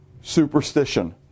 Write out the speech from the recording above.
superstition